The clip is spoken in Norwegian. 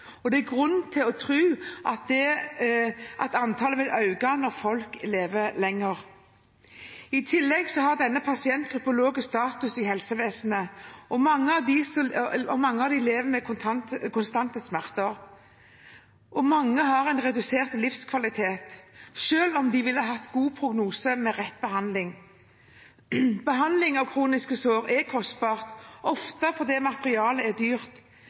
og det er grunn til å tro at antallet vil øke når folk lever lenger. I tillegg har denne pasientgruppen lav status i helsevesenet, og mange av dem lever med konstante smerter. Mange har redusert livskvalitet, selv om de ville hatt god prognose med rett behandling. Behandling av kroniske sår er kostbart, ofte fordi materialet er dyrt.